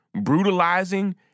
brutalizing